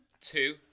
Two